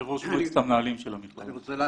המנהלים של המכללה.